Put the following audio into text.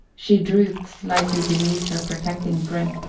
she drooped slightly beneath her protecting brim,